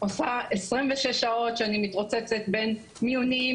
עושה 26 שעות שאני מתרוצצת בין מיונים,